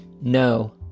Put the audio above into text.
no